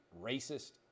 racist